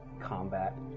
combat